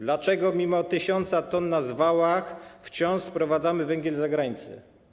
Dlaczego mimo tysiąca ton na zwałach wciąż sprowadzamy węgiel z zagranicy?